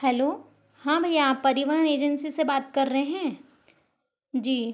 hello हाँ भैया आप परिवहन एजेंसी से बात कर रहे हैं जी